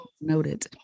noted